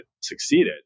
succeeded